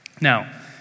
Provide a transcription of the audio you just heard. Now